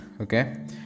okay